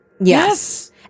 Yes